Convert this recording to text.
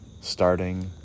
starting